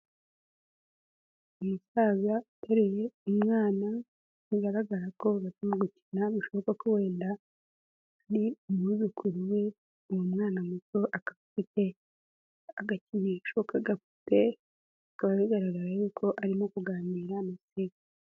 Umusaza uteruye umwana, bigaragara ko barimo gukina, bishoboka ko wenda ari umwuzukuru we, uwo mwana muto akaba afite agakinisho k'agapupe, bikaba bigaragara yuko arimo kuganira na sekuru.